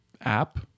app